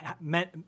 meant